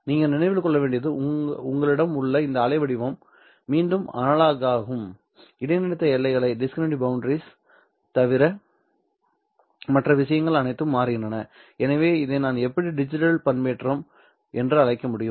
நீங்கள் நினைவில் கொள்ள வேண்டியது உங்களிடம் உள்ள இந்த அலைவடிவம் மீண்டும் அனலாக் ஆகும் இடைநிறுத்த எல்லைகளைத் தவிர மற்ற விஷயங்கள் அனைத்தும் மாறுகின்றன எனவே இதை நான் எப்படி டிஜிட்டல் பண்பேற்றம் என்று அழைக்க முடியும்